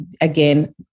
again